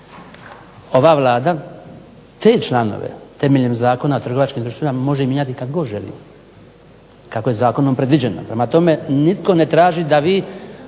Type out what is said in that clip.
Ova Vlada te članove temeljem Zakona o trgovačkim društvima može mijenjati kad god želi, kako je zakonom predviđeno. Prema tome, nitko ne traži da vi